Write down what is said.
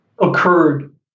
occurred